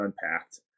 unpacked